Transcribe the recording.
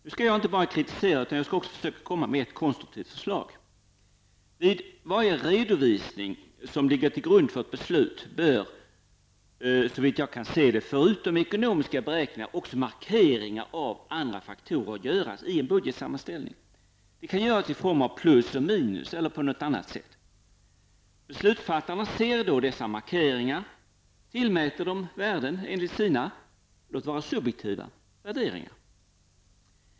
Nu skall jag inte bara kritisera utan också försöka komma med ett konstruktivt förslag: Vid varje redovisning som ligger till grund för beslut bör, såvitt jag kan se, förutom ekonomiska beräkningar också markeringar av andra faktorer göras i en budgetsammanställning. Det kan göras i form av plus och minus eller på annat sätt. Beslutsfattarna ser då dessa markeringar och tillmäter dem värden enligt sina -- låt vara subjektiva -- värderingar.